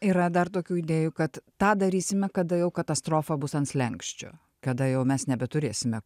yra dar tokių idėjų kad tą darysime kada jau katastrofa bus ant slenksčio kada jau mes nebeturėsime